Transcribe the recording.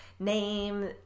name